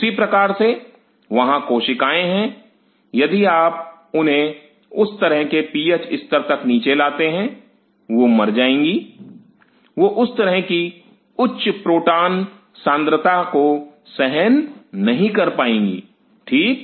उसी प्रकार से वहां कोशिकाएं हैं यदि आप उन्हें उस तरह के पीएच स्तर तक नीचे लाते हैं वह मर जाएंगी वह उस तरह की उच्च प्रोटॉन सांद्रता को सहन नहीं कर पाएंगी ठीक